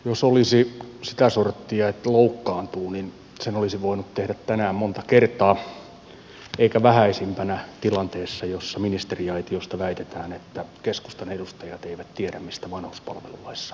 jos olisi sitä sorttia että loukkaantuu niin sen olisi voinut tehdä tänään monta kertaa eikä vähäisimpänä tilanteessa jossa ministeriaitiosta väitetään että keskustan edustajat eivät tiedä mistä vanhuspalvelulaissa on kysymys